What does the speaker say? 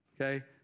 okay